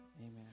Amen